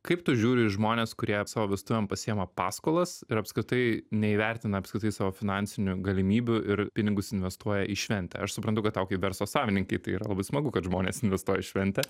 kaip tu žiūri į žmones kurie savo vestuvėm pasiima paskolas ir apskritai neįvertina apskritai savo finansinių galimybių ir pinigus investuoja į šventę aš suprantu kad tau kaip verslo savininkei tai yra labai smagu kad žmonės investuoja į šventę